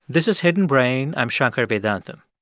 this is hidden brain. i'm shankar vedantam.